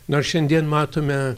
nors šiandien matome